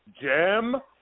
Jim